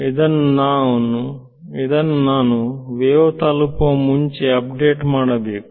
ಇದನ್ನು ನಾನು ವೇವ್ ತಲುಪುವ ಮುಂಚೆ ಅಪ್ಡೇಟ್ ಮಾಡಬೇಕು